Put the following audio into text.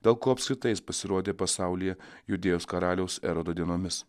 dėl ko apskritai jis pasirodė pasaulyje judėjos karaliaus erodo dienomis